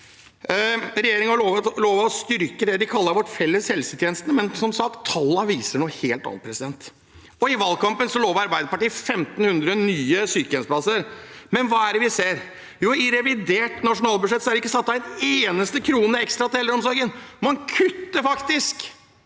Regjeringen har lovet å styrke det de kaller vår felles helsetjeneste, men tallene viser som sagt noe helt annet. I valgkampen lovet Arbeiderpartiet 1 500 nye sykehjemsplasser, men hva ser vi? Jo, i revidert nasjonalbudsjett er det ikke satt av én eneste krone ekstra til eldreomsorgen. Man kutter faktisk